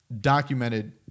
documented